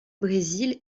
brésil